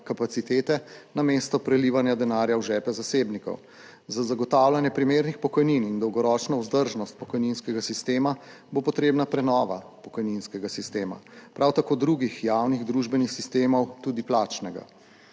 namesto prelivanja denarja v žepe zasebnikov. Za zagotavljanje primernih pokojnin in dolgoročno vzdržnost pokojninskega sistema bo potrebna prenova pokojninskega sistema, prav tako drugih javnih družbenih sistemov, tudi plačnega.